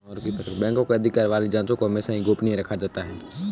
बैंकों के अधिकार वाली जांचों को हमेशा ही गोपनीय रखा जाता है